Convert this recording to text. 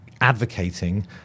advocating